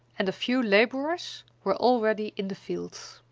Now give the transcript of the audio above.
and a few laborers were already in the fields.